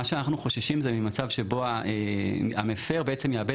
מה שאנחנו חוששים זה ממצב שבו המפר יאבד